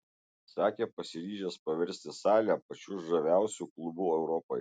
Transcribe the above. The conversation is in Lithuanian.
sakė pasiryžęs paversti salę pačiu žaviausiu klubu europoje